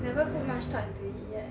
never put much thought into it yet